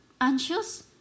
anxious